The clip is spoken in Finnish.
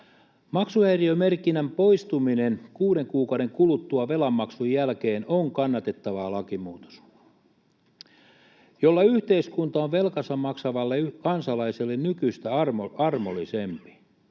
Maksuhäiriömerkinnän poistuminen kuuden kuukauden kuluttua velanmaksun jälkeen on kannatettava lakimuutos, jolla yhteiskunta on velkansa maksavalle kansalaiselle nykyistä armollisempi.